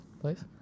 please